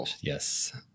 yes